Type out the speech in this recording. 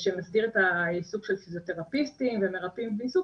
שמסדיר את העיסוק של פיזיותרפיסטים ומרפאים בעיסוק.